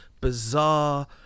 bizarre